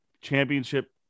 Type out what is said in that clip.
championship